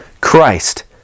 Christ